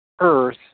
earth